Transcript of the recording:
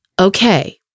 Okay